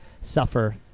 suffer